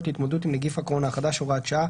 להתמודדות עם נגיף הקורונה החדש (הוראת שעה)